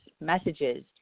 messages